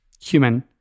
human